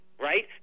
right